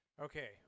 Okay